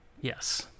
Yes